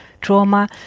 trauma